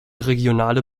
regionale